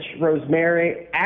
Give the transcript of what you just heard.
Rosemary